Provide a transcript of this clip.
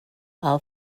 our